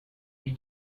you